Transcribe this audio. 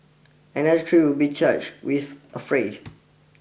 another three will be charge with affray